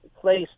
place